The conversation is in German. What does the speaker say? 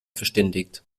verständigt